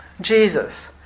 Jesus